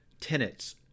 tenets